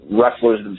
wrestlers